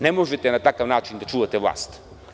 Ne možete na takav način da čuvate vlast.